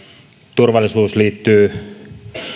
turvallisuus liittyy